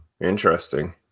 Interesting